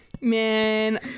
man